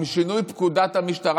עם שינוי פקודת המשטרה,